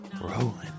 rolling